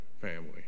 family